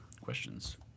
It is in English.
questions